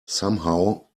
somehow